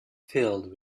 filled